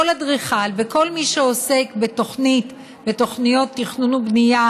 כל אדריכל וכל מי שעוסק בתוכניות תכנון ובנייה